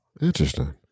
Interesting